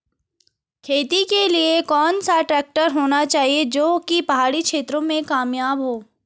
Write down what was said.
खेती के लिए कौन सा ट्रैक्टर होना चाहिए जो की पहाड़ी क्षेत्रों में कामयाब हो?